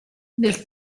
nel